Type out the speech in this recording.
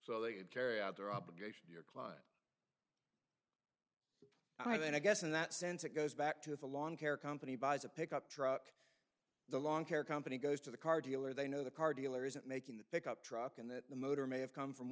so they could carry out their obligation to your client i then i guess in that sense it goes back to the lawn care company buys a pickup truck the longhair company goes to the car dealer they know the car dealer isn't making the pickup truck and that the motor may have come from